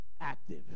Active